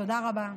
תודה רבה.